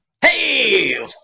hey